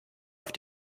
auf